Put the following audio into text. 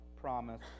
promise